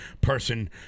person